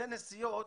זה נסיעות